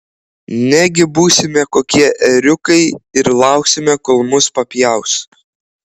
negi būsime kokie ėriukai ir lauksime kol mus papjaus